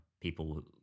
people